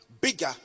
bigger